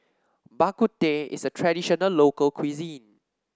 Bak Kut Teh is a traditional local cuisine